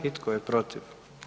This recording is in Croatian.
I tko je protiv?